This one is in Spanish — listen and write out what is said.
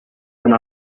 una